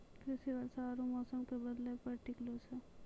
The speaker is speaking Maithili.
कृषि वर्षा आरु मौसमो के बदलै पे टिकलो छै